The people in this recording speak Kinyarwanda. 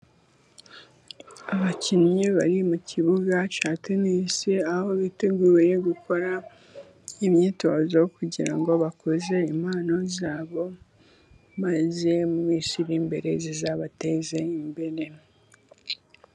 Abakinnyi bari mu kibuga cya tenisi, aho biteguye gukora imyitozo kugira ngo bakuze impano zabo, maze mu minsi iri imbere zizabateze imbere.